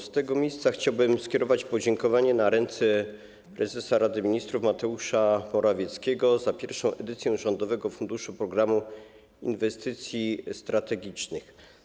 Z tego miejsca chciałbym skierować podziękowanie na ręce prezesa Rady Ministrów Mateusza Morawieckiego za pierwszą edycję rządowego funduszu Programu Inwestycji Strategicznych.